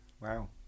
Wow